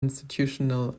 institutional